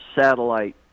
satellite